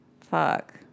fuck